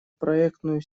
проектную